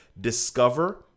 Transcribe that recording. discover